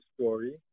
story